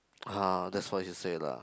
ah that's what you say lah